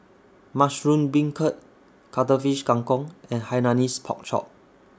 Mushroom Beancurd Cuttlefish Kang Kong and Hainanese Pork Chop